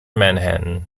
manhattan